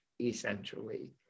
essentially